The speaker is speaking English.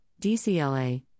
DCLA